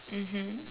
mmhmm